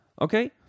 Okay